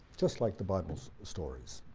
just like the bible stories,